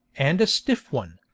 and a stiff one,